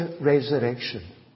resurrection